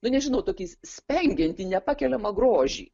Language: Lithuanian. nu nežinau tokiais spengiantį nepakeliamą grožį